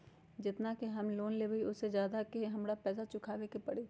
जेतना के हम लोन लेबई ओ से ज्यादा के हमरा पैसा चुकाबे के परी?